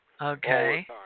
Okay